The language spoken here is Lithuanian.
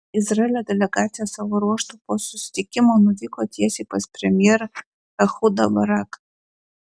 izraelio delegacija savo ruožtu po susitikimo nuvyko tiesiai pas premjerą ehudą baraką